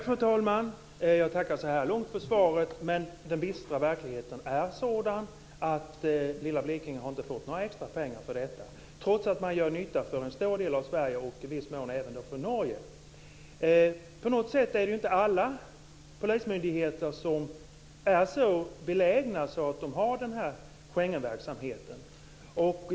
Fru talman! Jag tackar så här långt för svaret. Men den bistra verkligheten är sådan att lilla Blekinge inte har fått några extra pengar för detta, trots att man gör nytta för en stor del av Sverige och i viss mån även för Norge. På något sätt är det ju inte alla polismyndigheter som är så belägna att de har den här Schengenverksamheten.